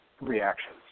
reactions